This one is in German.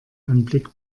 anblick